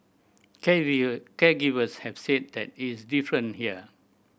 caregivers have said that it is different here